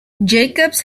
jacobs